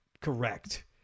Correct